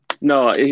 No